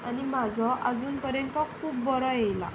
आनी म्हजो अजून पर्यंत तो खूब बरो आयला